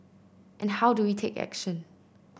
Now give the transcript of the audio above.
and how do we take action